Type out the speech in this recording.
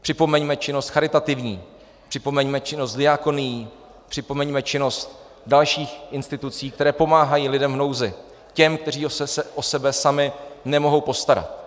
Připomeňme činnost charitativní, připomeňme činnost diakonií, připomeňme činnost dalších institucí, které pomáhají lidem v nouzi, těm, kteří se o sebe sami nemohou postarat.